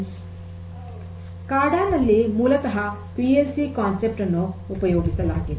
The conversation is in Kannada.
ಸ್ಕಾಡಾ ನಲ್ಲಿ ಮೂಲತಃ ಪಿ ಎಲ್ ಸಿ ಪರಿಕಲ್ಪನೆಯನ್ನು ಉಪಯೋಗಿಸಲಾಗಿದೆ